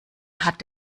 hat